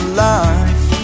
life